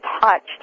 touched